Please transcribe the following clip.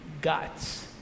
guts